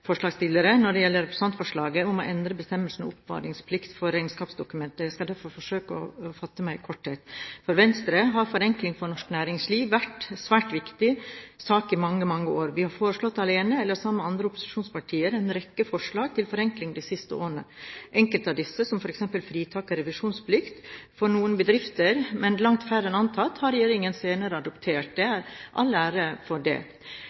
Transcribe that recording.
når det gjelder representantforslaget om å endre bestemmelser om oppbevaringsplikt for regnskapsdokumenter. Jeg skal derfor forsøke å fatte meg i korthet. For Venstre har forenkling for norsk næringsliv vært en svært viktig sak i mange, mange år. Vi har alene eller sammen med andre opposisjonspartier foreslått en rekke forslag til forenkling de siste årene. Enkelte av disse, som f.eks. fritak for revisjonsplikt for noen bedrifter, men langt færre enn antatt, har regjeringen senere adoptert – all ære for det.